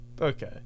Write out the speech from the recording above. Okay